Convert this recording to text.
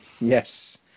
Yes